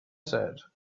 said